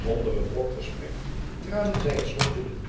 onder een drok gesprek traden zij het slot binnen